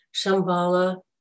Shambhala